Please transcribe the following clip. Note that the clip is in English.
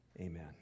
Amen